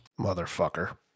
Motherfucker